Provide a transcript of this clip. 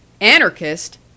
Anarchist